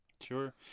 Sure